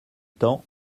temps